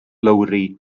lowri